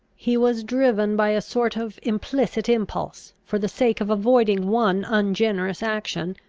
he was driven by a sort of implicit impulse, for the sake of avoiding one ungenerous action,